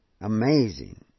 Amazing